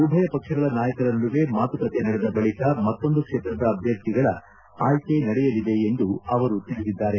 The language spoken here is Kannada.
ಉಭಯ ಪಕ್ಷಗಳ ನಾಯಕರ ನಡುವೆ ಮಾತುಕತೆ ನಡೆದ ಬಳಕ ಮತ್ತೊಂದು ಕ್ಷೇತ್ರದ ಅಭ್ಯರ್ಥಿಗಳ ಆಯ್ಕೆ ನಡೆಯಲಿದೆ ಎಂದು ಅವರು ತಿಳಿಸಿದ್ದಾರೆ